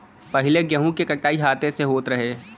पहिले गेंहू के कटाई हाथे से होत रहे